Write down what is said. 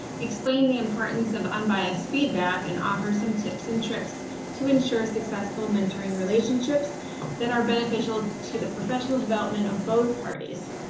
explain the importance of unbiased feedback and offer some tips tips and tricks to ensure successful mentoring relationships that are beneficial to the professional development of both parties.